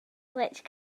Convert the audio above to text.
which